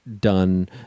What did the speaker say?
done